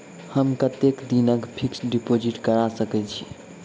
हम कतेक दिनक फिक्स्ड डिपोजिट करा सकैत छी?